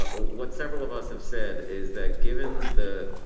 ah what several of us have said is that given the,